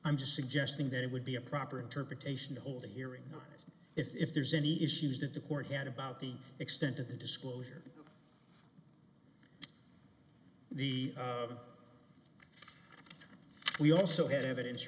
i'm just suggesting that it would be a proper interpretation to hold a hearing that is if there's any issues that the court had about the extent of the disclosure of the we also had evidence